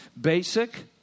basic